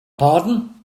pardon